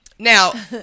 Now